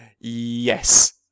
Yes